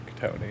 Tony